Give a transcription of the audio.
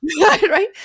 Right